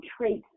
traits